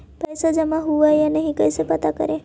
पैसा जमा हुआ या नही कैसे पता करे?